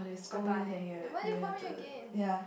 bye bye then why do you call me again